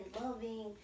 loving